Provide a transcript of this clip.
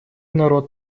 народ